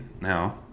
now